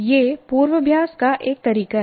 यह पूर्वाभ्यास का एक तरीका है